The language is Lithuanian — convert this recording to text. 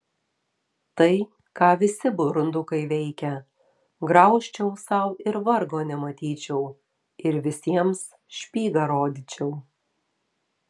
tai ką visi burundukai veikia graužčiau sau ir vargo nematyčiau ir visiems špygą rodyčiau